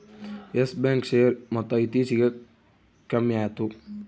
Yes Bank share ಮೊತ್ತ ಇತ್ತೀಚಿಗೆ ಕಮ್ಮ್ಯಾತು